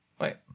Wait